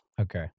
Okay